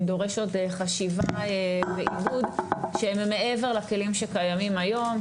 דורש עוד חשיבה ועיבוד שהם מעבר לכלים שקיימים היום,